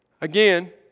again